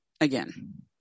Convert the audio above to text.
again